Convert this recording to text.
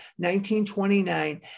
1929